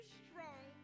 strong